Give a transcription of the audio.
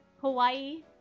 Hawaii